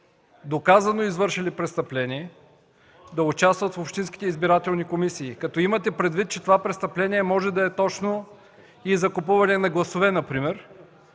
доказано извършили престъпление, да участват в общинските избирателни комисии, като имате предвид, че това престъпление може например да е точно и за купуване на гласове и